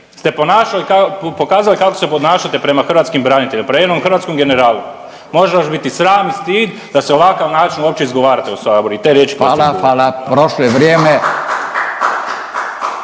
pokazali kako se ponašate prema hrvatskim braniteljima, prema jednom hrvatskom generalu. Može vas biti sram i stid da se ovakav način uopće izgovarate u saboru …/Upadica: Hvala, hvala./… i te riječi